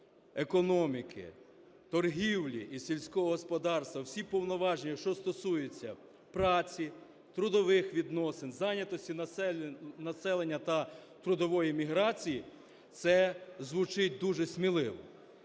економіки, торгівлі і сільського господарства всі повноваження, що стосуються праці, трудових відносин, зайнятості населення та трудової міграції, це звучить дуже сміливо.